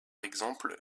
exemple